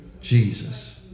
Jesus